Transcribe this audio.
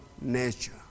nature